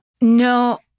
No